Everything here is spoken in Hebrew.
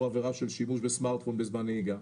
עבירה של שימוש בסמארטפון בזמן נהיגה,